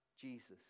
Jesus